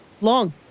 long